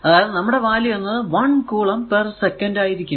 അതായതു നമ്മുടെ വാല്യൂ എന്നത് 1 കുളം പേർ സെക്കന്റ് ആയിരിക്കും